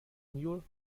mule